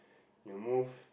you move